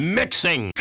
mixing